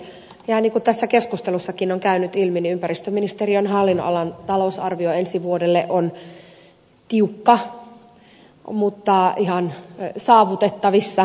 ihan niin kuin tässä keskustelussakin on käynyt ilmi ympäristöministeriön hallinnonalan talousarvio ensi vuodelle on tiukka mutta ihan saavutettavissa oleva